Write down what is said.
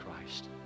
Christ